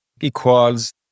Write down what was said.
equals